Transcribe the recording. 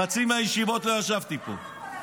חצי מהישיבות לא ישבתי פה.